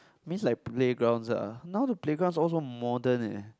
miss like playgrounds ah now the playgrounds also modern eh